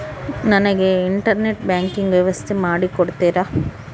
ನನಗೆ internet banking ವ್ಯವಸ್ಥೆ ಮಾಡಿ ಕೊಡ್ತೇರಾ?